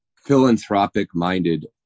philanthropic-minded